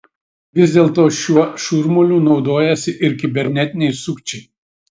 vis dėlto šiuo šurmuliu naudojasi ir kibernetiniai sukčiai